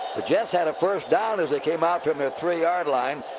the jets had a first down as they came out from their three yard line.